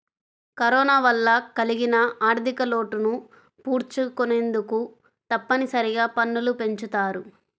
corona వల్ల కలిగిన ఆర్ధికలోటును పూడ్చుకొనేందుకు తప్పనిసరిగా పన్నులు పెంచుతారు